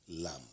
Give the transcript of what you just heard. lamb